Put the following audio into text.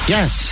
Yes